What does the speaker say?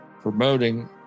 Promoting